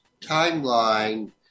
timeline